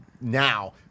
now